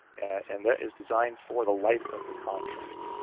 and that is designed for the life of the contract.